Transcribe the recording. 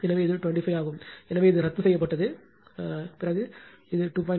எனவே இது 25 ஆகும் எனவே இது ரத்து செய்யப்பட்டது இது 2